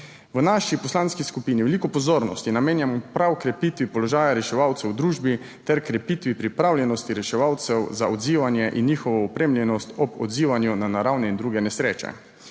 V naši poslanski skupini veliko pozornosti namenjamo prav krepitvi položaja reševalcev v družbi ter krepitvi pripravljenosti reševalcev za odzivanje in njihovo opremljenost ob odzivanju na naravne in druge nesreče.